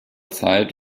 zeit